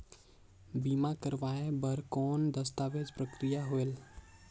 बीमा करवाय बार कौन दस्तावेज प्रक्रिया होएल?